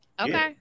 okay